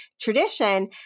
tradition